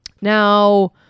Now